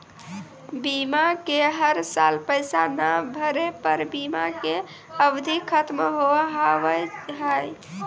बीमा के हर साल पैसा ना भरे पर बीमा के अवधि खत्म हो हाव हाय?